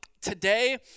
today